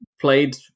played